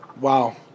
wow